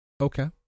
Okay